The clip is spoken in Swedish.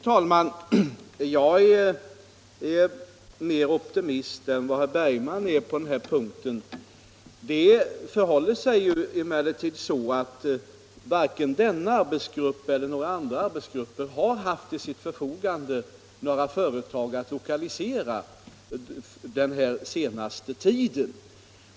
Fru talman! Jag är mer optimistisk än vad herr Bergman i Nyköping är på den här punkten. Det förhåller sig emellertid så att varken denna arbetsgrupp eller några andra arbetsgrupper har haft till sitt förfogande några företag att lokalisera under den senaste tiden.